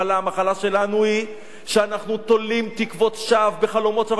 המחלה שלנו היא שאנחנו תולים תקוות שווא וחלומות שווא.